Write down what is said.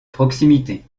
proximité